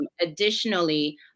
Additionally